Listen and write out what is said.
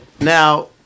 now